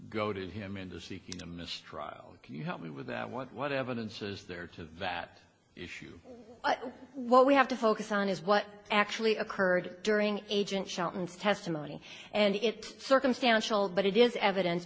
goaded him into seeking a mistrial can you help me with what what evidence is there to that issue what we have to focus on is what actually occurred during agent shelton's testimony and it's circumstantial but it is evidence